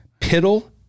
piddle